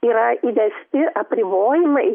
yra įvesti apribojimai